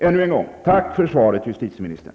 Än en gång: Tack för svaret, justitieministern.